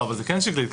אבל היא כן שקלית.